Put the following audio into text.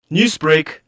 Newsbreak